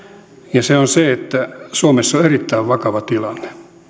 ja se on se että suomessa on erittäin vakava tilanne